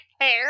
hair